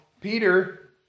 Peter